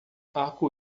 arco